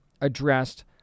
addressed